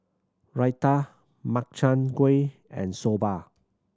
Raita Makchang Gui and Soba